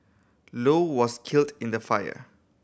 low was killed in the fire